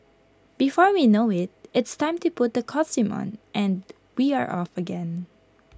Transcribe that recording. before we know IT it's time to put the costume on and we are off again